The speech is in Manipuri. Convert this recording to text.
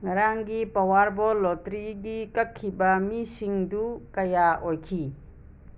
ꯉꯔꯥꯡꯒꯤ ꯄꯋꯥꯔꯕꯣꯜ ꯂꯣꯇ꯭ꯔꯤꯒꯤ ꯀꯛꯈꯤꯕ ꯃꯤꯁꯤꯡꯗꯨ ꯀꯌꯥ ꯑꯣꯏꯈꯤ